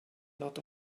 not